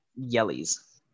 Yellies